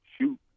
shoot